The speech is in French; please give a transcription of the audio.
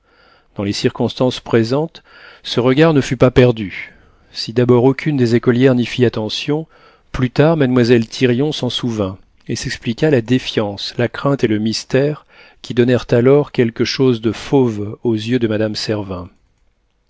dans les circonstances présentes ce regard ne fut pas perdu si d'abord aucune des écolières n'y fit attention plus tard mademoiselle thirion s'en souvint et s'expliqua la défiance la crainte et le mystère qui donnèrent alors quelque chose de fauve aux yeux de madame